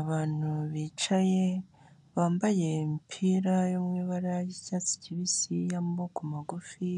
Abantu bicaye bambaye imipira yo mu ibara ry'icyatsi kibisi y'amoboko magufi,